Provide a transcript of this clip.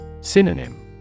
Synonym